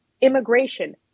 immigration